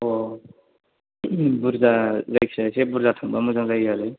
अ' बुरजा जायखिजाया एसे बुरजा थांबा मोजां जायो आरो